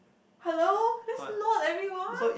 hello that's not everyone